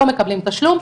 שלא מקבלים תשלום.